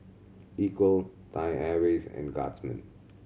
Equal Thai Airways and Guardsman